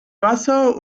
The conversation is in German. wasser